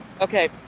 Okay